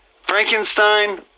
Frankenstein